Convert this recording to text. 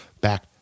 back